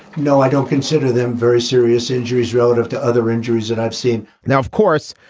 no, i don't consider them very serious injuries relative to other injuries that i've seen now, of course,